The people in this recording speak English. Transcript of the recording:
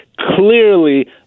Clearly